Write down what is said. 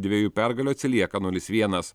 dviejų pergalių atsilieka nulis vienas